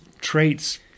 traits